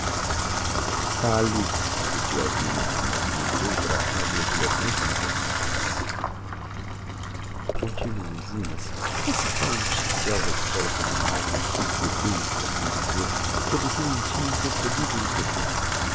fale repetiu a zina a maldizer de todo o coração a grandiloquencia maternal continúo zina esse tal utchitel da escóla communal um fedêlho por assim dizer produziu em ti inconcebivel impressão